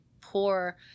poor